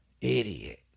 Idiot